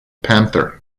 panther